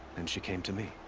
and she came to me.